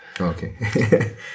Okay